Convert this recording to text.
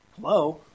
Hello